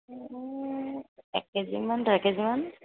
এই এক কেজিমান ডেৰ কেজিমান